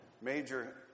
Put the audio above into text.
major